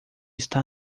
está